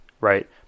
right